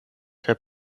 kaj